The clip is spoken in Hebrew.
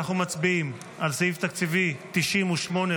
אנחנו מצביעים על סעיף תקציבי 98,